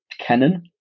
kennen